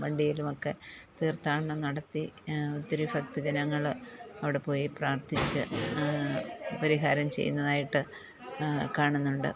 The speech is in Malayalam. വണ്ടിയിലുമൊക്കെ തീർത്ഥാടനം നടത്തി ഒത്തിരി ഭക്തജനങ്ങള് അവിടെ പോയി പ്രാർത്ഥിച്ച് പരിഹാരം ചെയ്യുന്നതായിട്ട് കാണുന്നുണ്ട്